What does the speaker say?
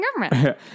government